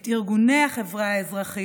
את ארגוני החברה האזרחית,